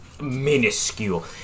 minuscule